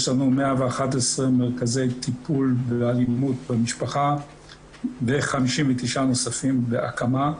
יש לנו 111 מרכזי טיפול באלימות במשפחה ו- 59 נוספים בהקמה,